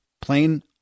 Plain